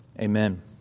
Amen